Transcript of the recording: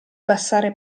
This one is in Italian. passare